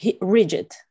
rigid